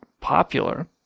popular